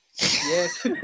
Yes